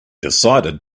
decided